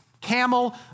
camel